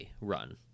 run